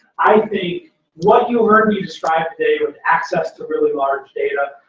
i think what you heard me describe today with access to really large data,